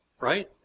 Right